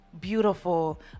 beautiful